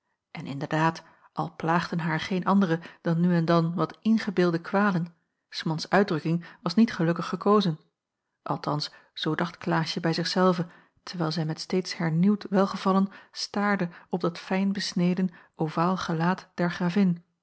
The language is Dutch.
en inderdaad al plaagden haar geen andere dan nu en dan wat ingebeelde kwalen s mans uitdrukking was niet gelukkig gekozen althans zoo dacht klaasje bij zich zelve terwijl zij met steeds hernieuwd welgevallen staarde op dat fijnbesneden ovaal gelaat der gravin